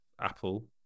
Apple